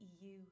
EU